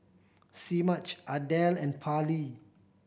Semaj Adele and Parley